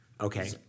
Okay